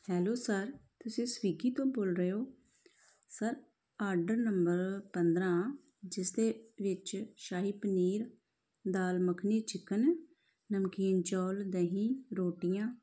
hello sir ਤੁਸੀਂ ਸਵੀਗੀ ਤੋਂ ਬੋਲ ਰਹੇ ਹੋ ਸਰ ਆਡਰ ਨੰਬਰ ਪੰਦਰਾਂ ਜਿਸਦੇ ਵਿੱਚ ਸ਼ਾਹੀ ਪਨੀਰ ਦਾਲ ਮੱਖਣੀ ਚਿਕਨ ਨਮਕੀਨ ਚੌਲ ਦਹੀਂ ਰੋਟੀਆਂ